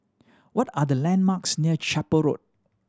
what are the landmarks near Chapel Road